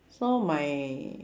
so my